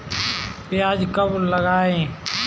प्याज कब लगाएँ?